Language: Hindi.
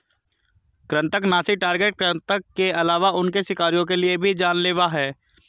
कृन्तकनाशी टारगेट कृतंक के अलावा उनके शिकारियों के लिए भी जान लेवा हैं